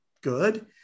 good